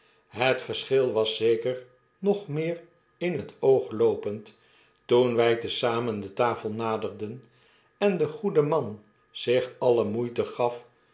het verschil was zeker nog meer in het oog loopend toen wy te zamen de tafel naderden en de goede man zich alle moeite gaf